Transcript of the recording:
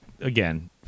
Again